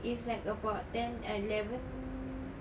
is like about ten ah eleven